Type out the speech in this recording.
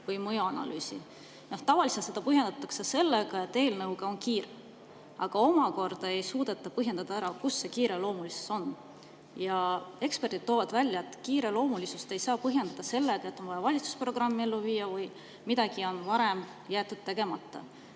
või mõjuanalüüsi. Tavaliselt seda põhjendatakse sellega, et eelnõuga on kiire, aga samas ei suudeta ära põhjendada, kus see kiireloomulisus on. Ja eksperdid toovad välja, et kiireloomulisust ei saa põhjendada sellega, et on vaja valitsusprogrammi ellu viia või et varem on jäetud midagi tegemata.